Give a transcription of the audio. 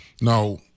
Now